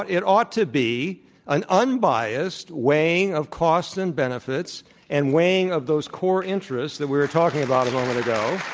it ought to be an unbiased way of cost and benefits and weighing of those core interests that we were talking about a moment ago